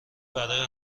برای